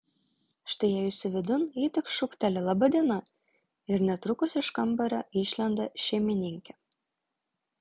štai įėjusi vidun ji tik šūkteli laba diena ir netrukus iš kambario išlenda šeimininkė